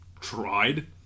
tried